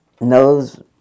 knows